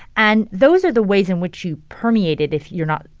and those are the ways in which you permeate it if you're not,